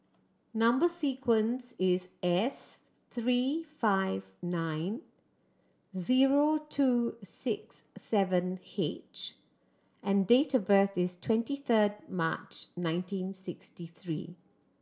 number sequence is S three five nine zero two six seven H and date of birth is twenty third March nineteen sixty three